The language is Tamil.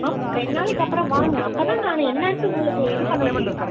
ஆ ரெண்டு நாளைக்கப்புறம் வாங்க அப்போதான் நான் என்னன்ட்டு உங்களுக்கு இது பண்ண முடியும்